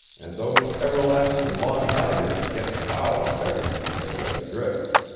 and those everlasting long halliards get foul of everything if they get adrift.